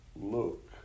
look